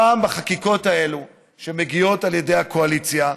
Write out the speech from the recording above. הפעם בחקיקות האלה שמגיעות על ידי הקואליציה,